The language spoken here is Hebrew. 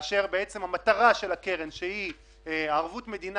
כאשר המטרה של הקרן שהיא ערבות מדינה